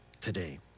today